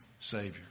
Savior